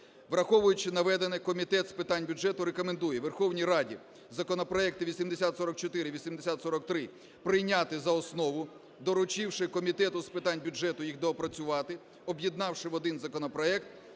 Враховуючи наведене, Комітет з питань бюджету рекомендує Верховній Раді законопроекти 8044, 8043 прийняти за основу, доручивши Комітету з питань бюджету їх доопрацювати, об'єднавши в один законопроект